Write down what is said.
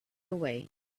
away